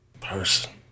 Person